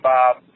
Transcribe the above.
Bob